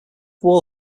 wall